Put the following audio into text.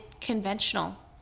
conventional